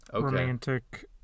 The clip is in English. romantic